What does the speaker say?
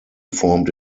formed